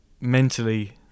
mentally